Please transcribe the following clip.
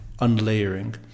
unlayering